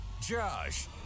Josh